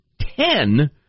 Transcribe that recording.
ten